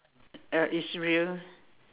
uh Israel